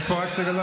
יש פה רק סגלוביץ'.